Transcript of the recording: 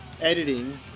editing